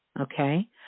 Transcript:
Okay